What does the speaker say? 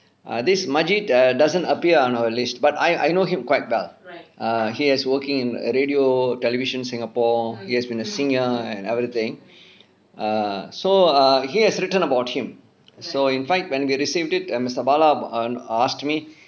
uh this majid err doesn't appear on our list but I I know him quite well err he has working in a radio television singapore he has been a senior and everything err so err he has written about him so in fact when we received it and mister bala um asked me